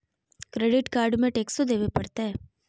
Credit card में टेक्सो देवे परते?